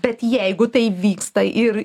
bet jeigu tai vyksta ir